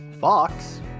fox